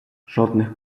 жодних